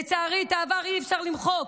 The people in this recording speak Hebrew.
לצערי את העבר אי-אפשר למחוק.